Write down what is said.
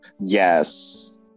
Yes